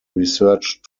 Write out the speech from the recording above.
researched